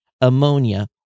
ammonia